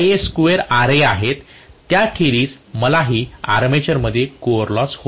square Ra आहेत त्याखेरीज मलाही आर्मेचरमध्ये कोअर लॉस होईल